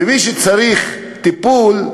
מי שצריך טיפול,